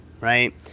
right